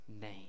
name